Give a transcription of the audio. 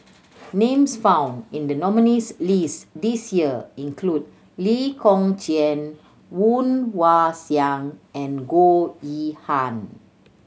names found in the nominees' list this year include Lee Kong Chian Woon Wah Siang and Goh Yihan